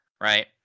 right